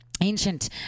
ancient